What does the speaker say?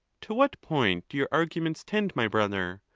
to what point do your arguments tend, my brother?